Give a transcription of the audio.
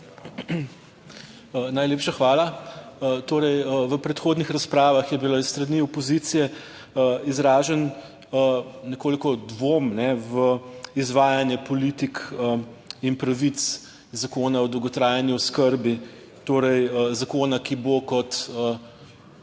Najlepša hvala. Torej v predhodnih razpravah je bilo s strani opozicije izražen nekoliko dvom v izvajanje politik in pravic Zakona o dolgotrajni oskrbi, torej zakona, ki bo, kot